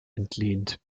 entlehnt